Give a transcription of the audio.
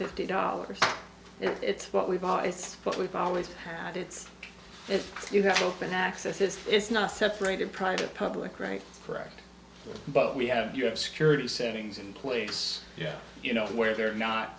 fifty dollars if it's what we bought it's what we've always got it's if you have open access this is not separated private public right correct but we have you have security settings in place yeah you know where they're not